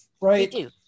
right